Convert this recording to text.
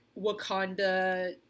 Wakanda